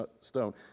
stone